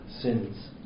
sins